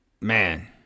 man